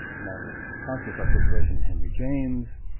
a matter of conscious articulation in henry james,